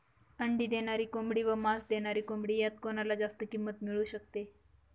अंडी देणारी कोंबडी व मांस देणारी कोंबडी यात कोणाला जास्त किंमत मिळू शकते?